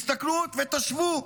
תסתכלו ותשוו: